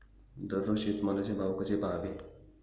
दररोज शेतमालाचे भाव कसे पहावे?